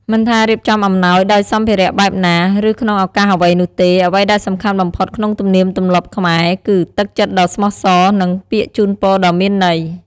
មិនថារៀបចំអំណោយដោយសម្ភារៈបែបណា ឬក្នុងឱកាសអ្វីនោះទេ អ្វីដែលសំខាន់បំផុតក្នុងទំនៀមទម្លាប់ខ្មែរ គឺ ទឹកចិត្តដ៏ស្មោះសរ និង ពាក្យជូនពរដ៏មានន័យ។